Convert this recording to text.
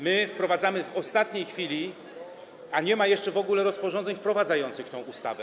My wprowadzamy to w ostatniej chwili, a nie ma jeszcze w ogóle rozporządzeń wprowadzających tę ustawę.